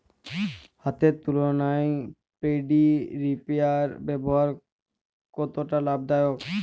হাতের তুলনায় paddy reaper ব্যবহার কতটা লাভদায়ক?